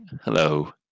Hello